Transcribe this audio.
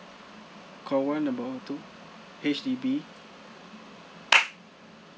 call one number two H_D_B